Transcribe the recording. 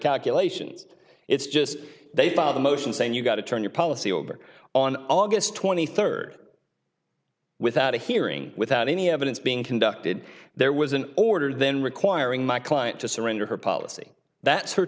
calculations it's just they filed a motion saying you got to turn your policy over on august twenty third without a hearing without any evidence being conducted there was an order then requiring my client to surrender her policy that